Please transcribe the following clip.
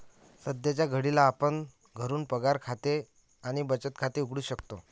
सध्याच्या घडीला आपण घरून पगार आणि बचत खाते उघडू शकतो